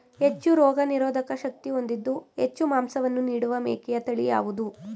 ಹೆಚ್ಚು ರೋಗನಿರೋಧಕ ಶಕ್ತಿ ಹೊಂದಿದ್ದು ಹೆಚ್ಚು ಮಾಂಸವನ್ನು ನೀಡುವ ಮೇಕೆಯ ತಳಿ ಯಾವುದು?